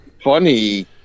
Funny